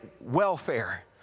welfare